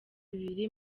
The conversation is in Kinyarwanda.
bibiri